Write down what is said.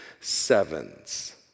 sevens